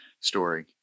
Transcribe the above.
story